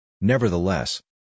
Nevertheless